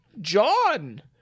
John